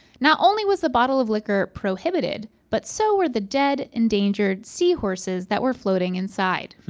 not only was the bottle of liquor prohibited, but so were the dead endangered seahorses that were floating inside.